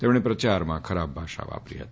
તેમણે પ્રચારમાં ખરાબ ભાષા વાપરી હતી